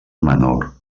menor